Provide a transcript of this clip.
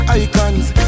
icons